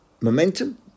momentum